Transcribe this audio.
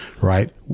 right